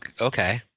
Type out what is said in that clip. okay